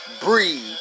Breathe